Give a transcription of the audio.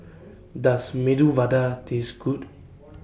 Does Medu Vada Taste Good